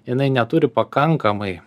jinai neturi pakankamai